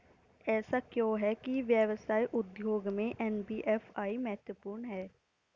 ऐसा क्यों है कि व्यवसाय उद्योग में एन.बी.एफ.आई महत्वपूर्ण है?